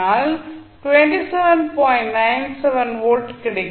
97 volt கிடைக்கும்